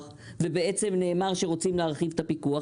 ובעצם נאמר שרוצים להרחיב את הפיקוח?